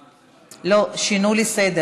לא, שינו לי סדר.